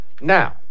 now